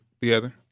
together